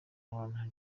lallana